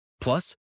Plus